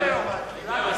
דילגת.